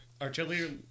Artillery